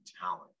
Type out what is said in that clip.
talent